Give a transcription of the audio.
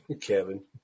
Kevin